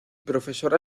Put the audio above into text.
profesor